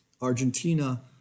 argentina